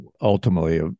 ultimately